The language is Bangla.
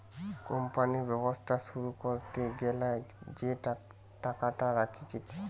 কোম্পানি ব্যবসা শুরু করতে গ্যালা যে টাকাটা রাখতিছে